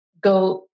go